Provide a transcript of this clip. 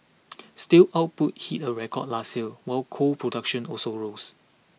steel output hit a record last year while coal production also rose